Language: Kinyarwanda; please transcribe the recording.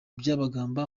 byabagamba